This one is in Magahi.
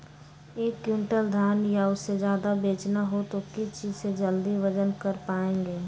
एक क्विंटल धान या उससे ज्यादा बेचना हो तो किस चीज से जल्दी वजन कर पायेंगे?